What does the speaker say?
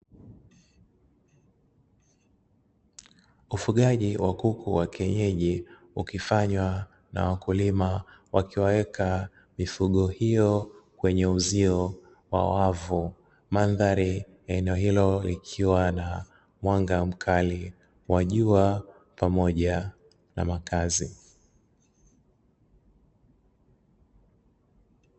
Ufugaji wa kuku wa kienyeji ukifanywa na wakulima wakiwaweka mifugo hiyo kwenye uzio wa wavu, mandhari eneo hilo likiwa na mwanga mkali wa jua pamoja na makazi.